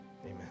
Amen